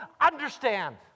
understand